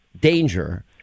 danger